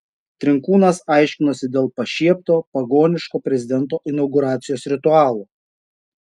trinkūnas aiškinosi dėl pašiepto pagoniško prezidento inauguracijos ritualo